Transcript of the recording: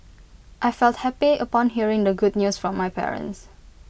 I felt happy upon hearing the good news from my parents